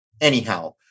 anyhow